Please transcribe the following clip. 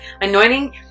Anointing